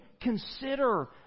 consider